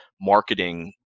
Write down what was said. marketing